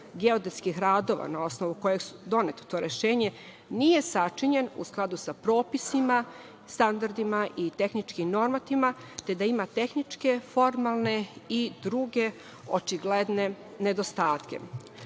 geodetskih radova, na osnovu kojeg je doneto to rešenje, nije sačinjen u skladu sa propisima, standardima i tehničkim normativima, te da ima tehničke, formalne i druge očigledne nedostatke. Zakonom